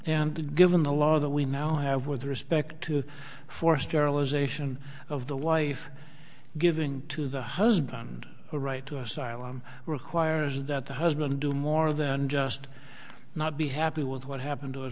and given the law that we now have with respect to for sterilization of the wife giving to the husband the right to asylum requires that the husband do more than just not be happy with what happened to his